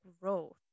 growth